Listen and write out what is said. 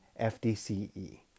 FDCE